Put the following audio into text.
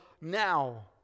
now